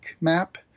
map